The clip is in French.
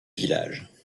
villages